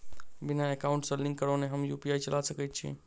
बिना एकाउंट सँ लिंक करौने हम यु.पी.आई चला सकैत छी?